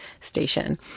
station